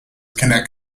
connect